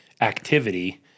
activity